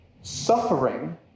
Suffering